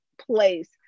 place